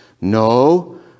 No